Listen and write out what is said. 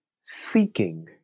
seeking